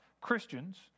christians